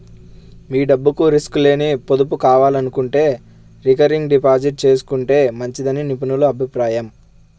మీ డబ్బుకు రిస్క్ లేని పొదుపు కావాలనుకుంటే రికరింగ్ డిపాజిట్ చేసుకుంటే మంచిదని నిపుణుల అభిప్రాయం